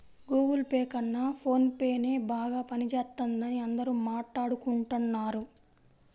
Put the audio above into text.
Google Pay కన్నా phone పేనే బాగా పనిజేత్తందని అందరూ మాట్టాడుకుంటన్నారు